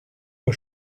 vos